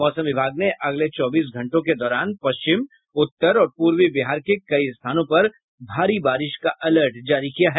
मौसम विभाग ने अगले चौबीस घंटों के दौरान पश्चिम उत्तर और पूर्वी बिहार में कई स्थानों पर भारी बारिश का अलर्ट जारी किया है